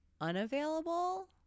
unavailable